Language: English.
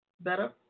better